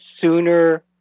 sooner